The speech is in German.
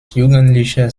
jugendlicher